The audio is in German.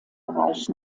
bereich